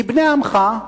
מבני עמך,